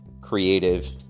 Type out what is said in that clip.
creative